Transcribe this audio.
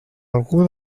algú